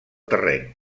terreny